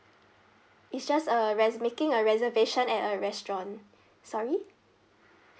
it's just a res~ making a reservation at a restaurant sorry